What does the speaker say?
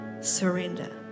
surrender